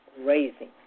Raising